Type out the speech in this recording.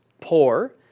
poor